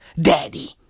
daddy